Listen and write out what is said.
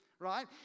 right